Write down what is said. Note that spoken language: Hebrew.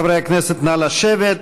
חברי הכנסת, נא לשבת.